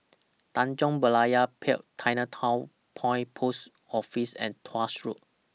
Tanjong Berlayer Pier Chinatown Point Post Office and Tuas Road